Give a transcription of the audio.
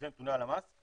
לפי נתוני הלמ"ס ,